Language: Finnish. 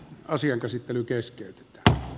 asian käsittely keskeytyy tähän